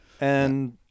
And-